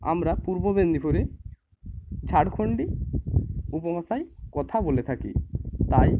আমরা পূর্ব মেদিনীপুরে ঝাড়খন্ডী উপভাষায় কথা বলে থাকি তাই